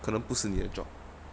可能不是你的 job